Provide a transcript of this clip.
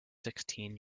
sixteen